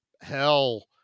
hell